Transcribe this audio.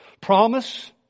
Promise